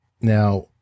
Now